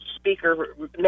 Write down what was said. speaker